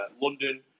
London